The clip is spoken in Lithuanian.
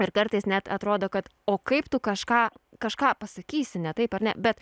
ir kartais net atrodo kad o kaip tu kažką kažką pasakysi ne taip ar ne bet